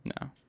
No